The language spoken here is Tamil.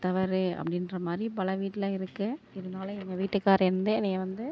தவறு அப்படின்ற மாதிரி பல வீட்டில் இருக்குது இருந்தாலும் எங்கள் வீட்டுக்கார் வந்து என்னைய வந்து